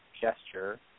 gesture